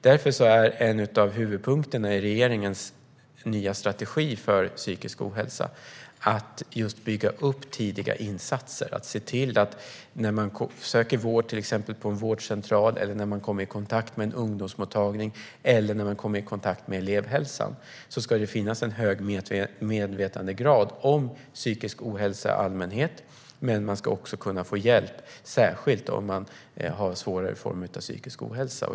Därför är en av huvudpunkterna i regeringens nya strategi för psykisk ohälsa just att bygga upp tidiga insatser och se till att det, när man söker vård på till exempel en vårdcentral eller kommer i kontakt med en ungdomsmottagning eller med elevhälsan, ska finnas en hög medvetenhet om psykisk ohälsa i allmänhet. Men man ska också kunna få hjälp, särskilt om man har en svårare form av psykisk ohälsa.